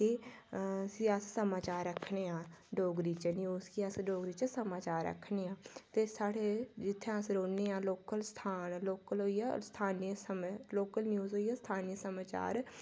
एह् सियासी समाचार आखने आं डुग्गर डोगरी च न्यूज़ गी डोगरी च अस समाचार आखने आं ते साढ़े जित्थै अस रौह्न्ने आं लोकल स्थान ऐ लोकल होई गेआ स्थानीय समें लोकल न्यूज़ होई स्थानीय समाचार